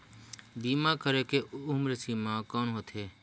बीमा करे के उम्र सीमा कौन होथे?